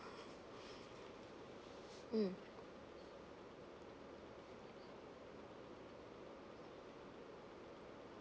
mm